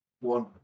one